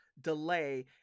delay